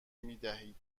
میدهید